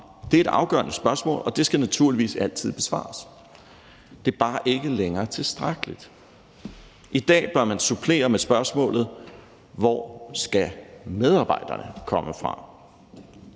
Det er et afgørende spørgsmål, og det skal naturligvis altid besvares. Det er bare ikke længere tilstrækkeligt. I dag bør man supplere med spørgsmålet: Hvor skal medarbejderne komme fra?